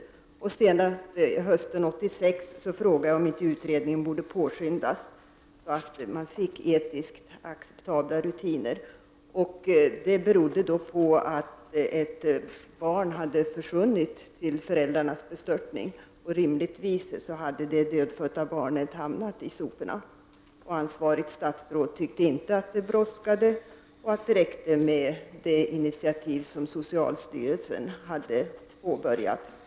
Senast hösten 1986 frågade jag om inte utredningen borde påskyndas, så att man skulle få etiskt acceptabla rutiner. Det berodde på att ett barn hade försvunnit till föräldrarnas bestörtning. Troligtvis hade det dödfödda barnet hamnat i soporna. Ansvarigt statsråd tyckte inte att det brådskade, utan att det räckte med det initiativ som socialstyrelsen hade tagit.